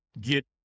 get